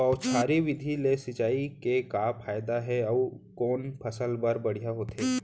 बौछारी विधि ले सिंचाई के का फायदा हे अऊ कोन फसल बर बढ़िया होथे?